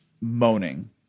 moaning